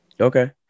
Okay